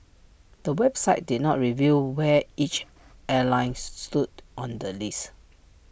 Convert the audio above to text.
the website did not reveal where each airline stood on the list